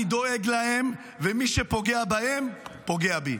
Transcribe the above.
אני דואג להם, ומי שפוגע בהם, פוגע בי.